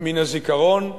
מן הזיכרון,